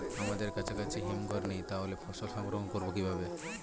আমাদের কাছাকাছি হিমঘর নেই তাহলে ফসল সংগ্রহ করবো কিভাবে?